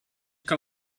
que